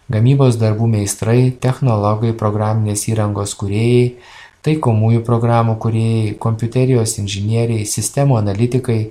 gamybos darbų meistrai technologai programinės įrangos kūrėjai taikomųjų programų kūrėjai kompiuterijos inžinieriai sistemų analitikai